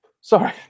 Sorry